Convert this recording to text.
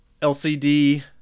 LCD